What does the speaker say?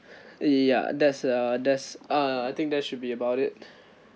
ya there's uh there's uh I think there should be about it